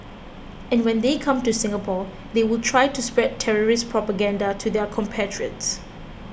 and when they come to Singapore they will try to spread terrorist propaganda to their compatriots